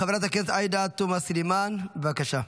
חברת הכנסת עאידה תומא סלימאן, בבקשה.